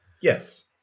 yes